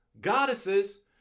goddesses